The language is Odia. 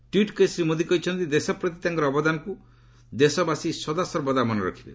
ଟ୍ୱିଟ୍ କରି ଶ୍ରୀ ମୋଦି କହିଛନ୍ତି ଦେଶପ୍ରତି ତାଙ୍କର ଅବଦାନକୁ ଦେଶବାସୀ ସଦାସର୍ବଦା ମନେ ରଖିବେ